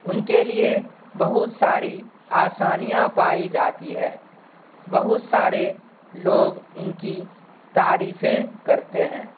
ان کے لیے بہت ساری آسانیاں پائی جاتی ہے بہت سارے لوگ ان کی تعریفیں کرتے ہیں